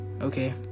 okay